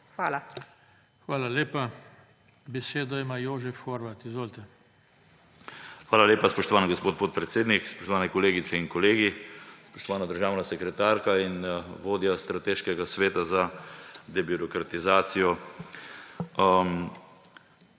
Hvala lepa. Besedo ima Jožef Horvat. Izvolite. **JOŽEF HORVAT (PS NSi):** Hvala lepa, spoštovani gospod podpredsednik. Spoštovane kolegice in kolegi, spoštovana državna sekretarka in vodja Strateškega sveta za debirokratizacijo!